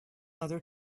other